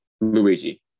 luigi